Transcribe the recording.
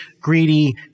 greedy